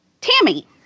tammy